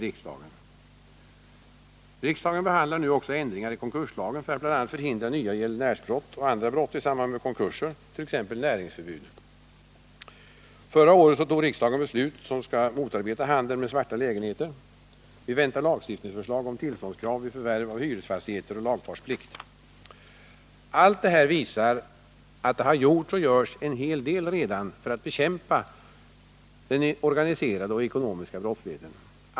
Riksdagen behandlar nu också ändringar i konkurslagen för att bl.a. förhindra nya gäldenärsbrott och andra brott i samband med konkurser, t.ex. näringsförbud. Förra året fattade riksdagen beslut som skall motarbeta handeln med svarta lägenheter. Vi väntar lagstiftningsförslag om tillståndskrav vid förvärv av hyresfastigheter och om lagfartsplikt. Allt det här visar att det har gjorts och görs en hel del redan för att bekämpa den organiserade ekonomiska brottsligheten.